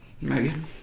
Megan